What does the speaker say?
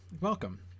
welcome